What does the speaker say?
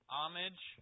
homage